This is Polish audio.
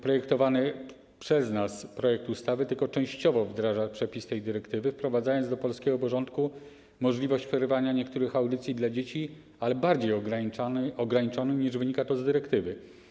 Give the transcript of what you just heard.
Przygotowany przez nas projekt ustawy tylko częściowo wdraża przepis tej dyrektywy i wprowadza do polskiego porządku możliwość przerywania niektórych audycji dla dzieci, ale jest to przepis bardziej ograniczony, niż wynika to z dyrektywy.